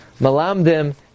Malamdim